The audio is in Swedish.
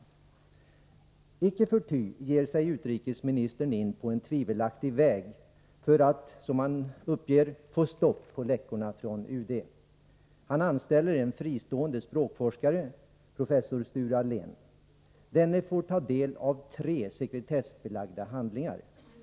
Icke förty ger sig utrikesministern in på en tvivelaktig väg för att, som han uppger, få stopp på läckorna från UD. Han anställer en fristående språkforskare, professor Sture Allén. Denne får ta del av tre sekretessbelagda handlingar.